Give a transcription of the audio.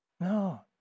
No